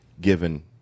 given